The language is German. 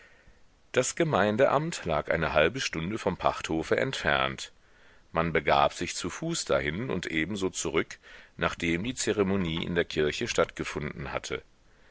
das gemeindeamt lag eine halbe stunde vom pachthofe entfernt man begab sich zu fuß dahin und ebenso zurück nachdem die zeremonie in der kirche stattgefunden hatte